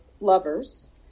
lovers